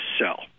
sell